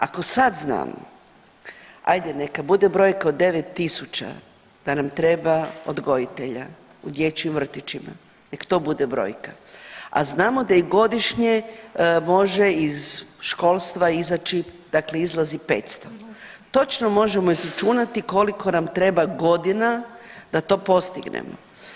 Ako sad znamo, ajde neka bude brojka od 9.000 da nam treba odgojitelja u dječjim vrtićima, nek to bude brojka, a znamo da ih godišnje može iz školstva izaći dakle izlazi 500, točno možemo izračunati koliko nam treba godina da to postignemo.